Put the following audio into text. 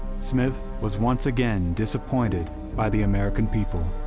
smith was once again disappointed by the american people,